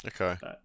okay